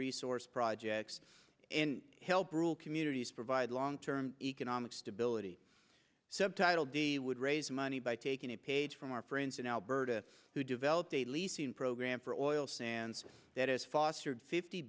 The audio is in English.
resource projects help rule communities provide long term economic stability subtitled would raise money by taking a page from our friends in alberta who developed a leasing program for oil sands that has fostered fifty